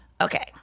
Okay